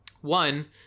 one